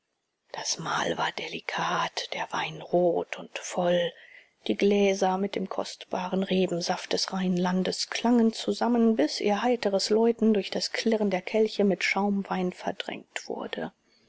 das mahl war delikat der wein rein und voll die gläser mit dem kostbaren rebensaft des rheinlandes klangen zusammen bis ihr heiteres läuten durch das klirren der kelche mit schaumwein verdrängt wurde